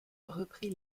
reprit